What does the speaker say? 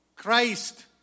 Christ